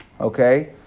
Okay